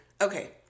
Okay